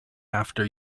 after